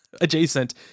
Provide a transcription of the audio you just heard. adjacent